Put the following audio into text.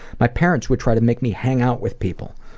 my parents would try to make me hang out with people.